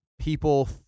people